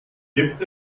gibt